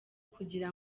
kugira